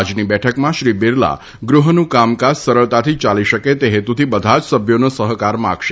આજની બેઠકમાં શ્રી બિરલા ગૃહનું કામકાજ સરળતાથી યાલી શકે તે હેતુથી બધા જ સભ્યોનો સહકાર માંગશે